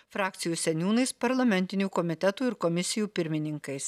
frakcijų seniūnais parlamentinių komitetų ir komisijų pirmininkais